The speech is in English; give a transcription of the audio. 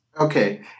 okay